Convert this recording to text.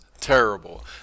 terrible